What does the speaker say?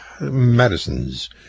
medicines